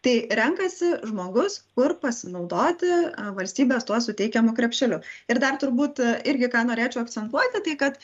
tai renkasi žmogus kur pasinaudoti valstybės tuo suteikiamu krepšeliu ir dar turbūt irgi ką norėčiau akcentuoti tai kad